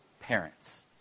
parents